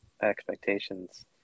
expectations